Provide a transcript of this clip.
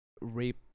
rape